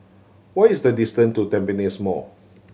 what is the distant to Tampines Mall